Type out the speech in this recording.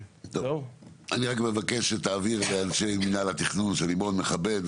אני רק מבקש שתעביר לאנשי מנהל התכנון שאני מאוד מכבד,